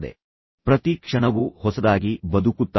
ಆದ್ದರಿಂದ ಅವರು ಪ್ರತಿದಿನ ಪ್ರತಿ ಕ್ಷಣವೂ ಹೊಸದಾಗಿ ಬದುಕುತ್ತಾರೆ